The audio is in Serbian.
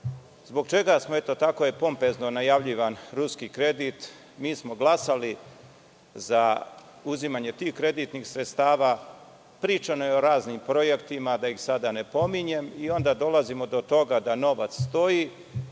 železnice Srbije. Tako je pompezno najavljivan ruski kredit, mi smo glasali za uzimanje tih kreditnih sredstava, pričano je o raznim projektima, da ih sada ne pominjem, i onda dolazimo do toga da novac stoji,